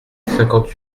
cinquante